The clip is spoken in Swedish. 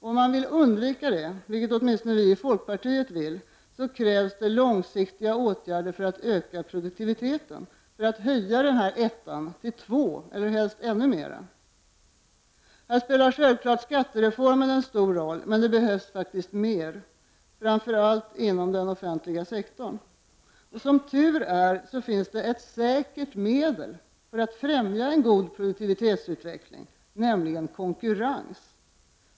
Om man vill undvika detta, och det vill åtminstone vi i folkpartiet, krävs långsiktiga åtgärder för att öka produktiviteten — för att höja ettan till en tvåa eller helst ännu mer. Här spelar självfallet skattereformen en stor roll, men det behövs faktiskt mer, framför allt inom den offentliga sektorn. Som tur är finns det ett säkert medel för att främja en god produktivitetsutveckling, nämligen konkurrens.